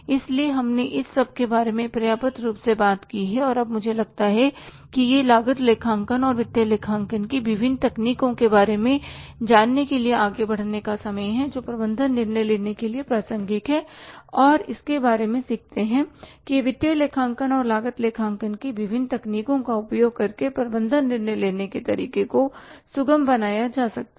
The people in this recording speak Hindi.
इसलिए हमने इस सब के बारे में पर्याप्त रूप से बात की है और अब मुझे लगता है कि यह लागत लेखांकन और वित्तीय लेखांकन की विभिन्न तकनीकों के बारे में जानने के लिए आगे बढ़ने का समय है जो प्रबंधन निर्णय लेने के लिए प्रासंगिक हैं और के बारे में सीखते हैं कि वित्तीय लेखांकन और लागत लेखांकन की विभिन्न तकनीकों का उपयोग करके प्रबंधन निर्णय लेने के तरीके को सुगम बनाया जा सकता है